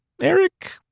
Eric